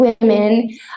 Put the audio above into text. women